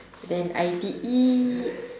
then I_T_E